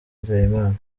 nzeyimana